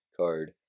card